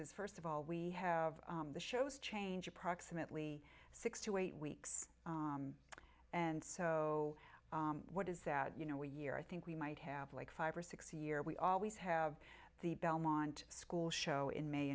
is first of all we have the shows change approximately six to eight weeks and so what is that you know a year i think we might have like five or six year we always have the belmont school show in may